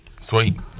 Sweet